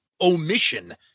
omission